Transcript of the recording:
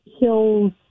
hills